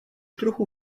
trochu